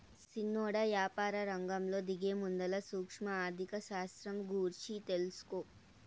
సిన్నోడా, యాపారరంగంలో దిగేముందల సూక్ష్మ ఆర్థిక శాస్త్రం గూర్చి తెలుసుకో